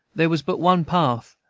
there was but one path,